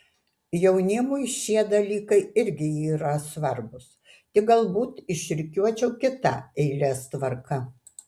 jaunimui šie dalykai irgi yra svarbūs tik galbūt išrikiuočiau kita eilės tvarka